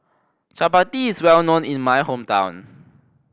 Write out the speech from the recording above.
chapati is well known in my hometown